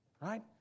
right